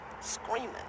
screaming